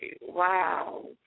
Wow